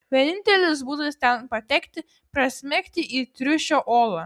vienintelis būdas ten patekti prasmegti į triušio olą